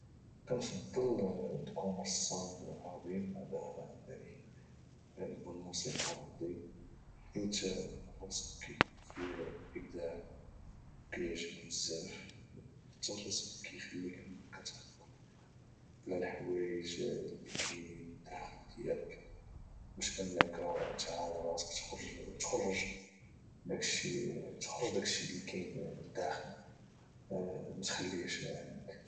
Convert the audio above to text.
كنفضل نكون رسام عظيم على انني نكون موسيقار عظيم حيت الرسم كيكون فيه الابداع وكيعجبني بزاف وحتى الرسم كيخليك انك تعبر على الحوايج اللي كاينين لداخل ديالك باش انك تعاون راسك تخرج داكشي اللي كاين لداخل متخليهش عندك